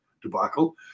debacle